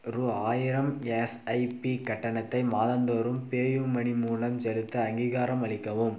ரூ ஆயிரம் எஸ்ஐபி கட்டணத்தை மாதந்தோறும் பேயூமனி மூலம் செலுத்த அங்கீகாரம் அளிக்கவும்